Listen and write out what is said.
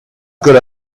good